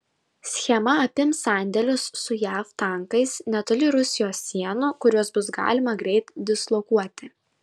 schema apims sandėlius su jav tankais netoli rusijos sienų kuriuos bus galima greit dislokuoti